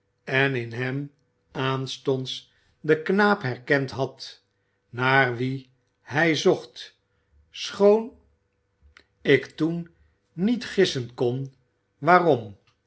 en in hem aanstonds den knaap herkend had naar wien hij zocht schoon ik toen niet gissen kon waarom